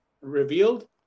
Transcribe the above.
revealed